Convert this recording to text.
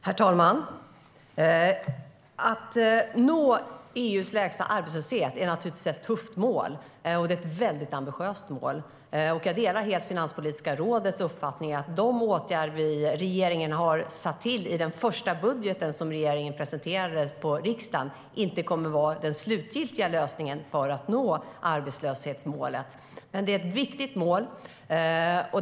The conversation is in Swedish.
Herr talman! Att nå EU:s lägsta arbetslöshet är naturligtvis ett tufft och ambitiöst mål. Jag delar helt Finanspolitiska rådets uppfattning att de åtgärder regeringen satte in i den första budgeten som regeringen presenterade för riksdagen inte kommer att vara den slutgiltiga lösningen för att nå arbetslöshetsmålet. Men det är ett viktigt mål.